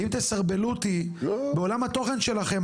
אם תסרבלו אותי בעולם התוכן שלכם,